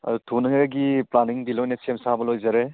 ꯑꯗꯨ ꯊꯨꯅꯉꯥꯏꯒꯤ ꯄ꯭ꯂꯥꯟꯅꯤꯡꯗꯤ ꯂꯣꯏꯅ ꯁꯦꯝ ꯁꯥꯕ ꯂꯣꯏꯖꯔꯦ